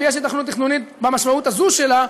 אם יש היתכנות תכנונית במשמעות הזאת שלה,